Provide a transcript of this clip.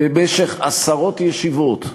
במשך עשרות ישיבות,